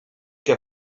que